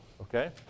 Okay